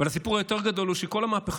אבל הסיפור היותר-גדול הוא שכל המהפכה